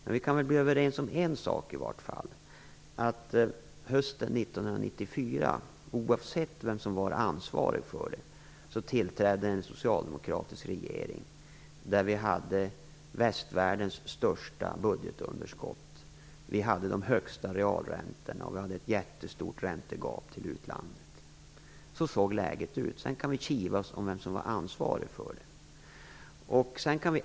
Men vi kan väl bli överens om en sak i alla fall, oavsett vem som var ansvarig, nämligen att hösten 1994 tillträdde en socialdemokratisk regering vid en tid då vi hade västvärldens högsta budgetunderskott, de högsta realräntorna och ett jättestort räntegap till utlandet. Så såg läget ut. Sedan kan vi kivas om vem som var ansvarig för det.